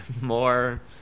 more